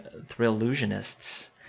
Thrillusionists